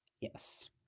Yes